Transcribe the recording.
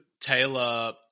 Taylor